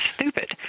stupid